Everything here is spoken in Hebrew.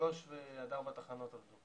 תהליך הוצאת העיצום מתחיל בבחינה